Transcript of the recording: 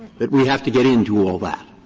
that we have to get into all that?